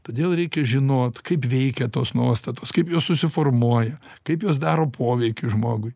todėl reikia žinot kaip veikia tos nuostatos kaip jos susiformuoja kaip jos daro poveikį žmogui